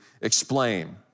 explain